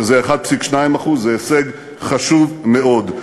שזה 1.2%. זה הישג חשוב מאוד.